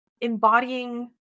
embodying